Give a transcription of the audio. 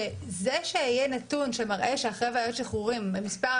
שזה שיהיה נתון שמראה שאחרי ועדת שחרורים מספר